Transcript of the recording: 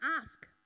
ask